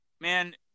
man